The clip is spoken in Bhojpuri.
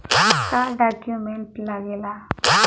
का डॉक्यूमेंट लागेला?